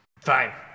Fine